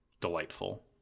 Delightful